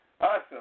Awesome